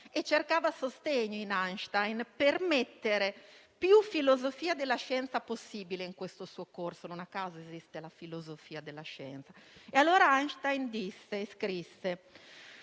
e cercava sostegno in Einstein per mettere più filosofia della scienza possibile in questo suo corso. Non a caso esiste la filosofia della scienza. Einstein scrisse: